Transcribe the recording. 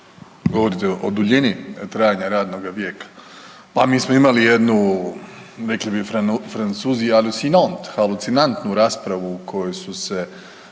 Govorite o duljini trajanja radnoga vijeka? Pa mi smo imali jednu rekli bi Francuzi …/Govornik se ne